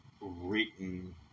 written